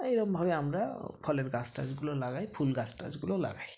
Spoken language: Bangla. এরমভাবে আমরা ফলের গাছ টাছ গুলো লাগাই ফুল গাছ টাছ গুলো লাগাই